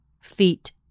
feet